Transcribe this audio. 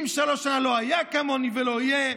73 שנה לא היה כמוני ולא יהיה.